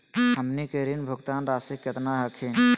हमनी के ऋण भुगतान रासी केतना हखिन?